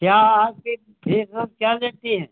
क्या आप एक फेसबुक क्या लेती हैं